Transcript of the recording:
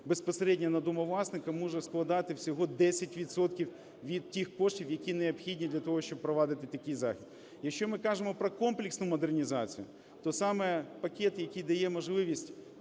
безпосередньо на домовласника може складати всього 10 відсотків від тих коштів, які необхідні для того, щоб провадити такий захід. Якщо ми кажемо про комплексну модернізацію, то саме пакет, який дає можливість